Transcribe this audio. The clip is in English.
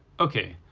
okay,